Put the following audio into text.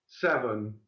seven